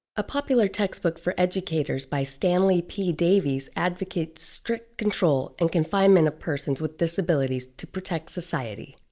a popular textbook for educators by stanley p. davies advocates strict control and confinement of persons with disabilities to protect society.